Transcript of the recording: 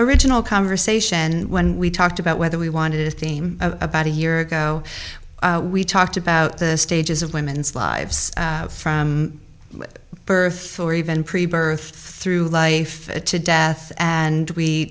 original conversation and when we talked about whether we wanted a theme about a year ago we talked about the stages of women's lives from birth or even pre birth through life to death and we